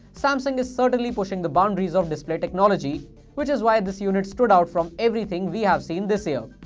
samsung is certainly pushing the boundaries of display technology which is why this unit stood out from everything we have seen this year.